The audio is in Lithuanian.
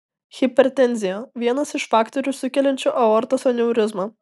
hipertenzija vienas iš faktorių sukeliančių aortos aneurizmą